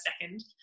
second